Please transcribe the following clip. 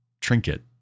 trinket